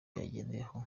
yagendeyeho